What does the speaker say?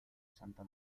santa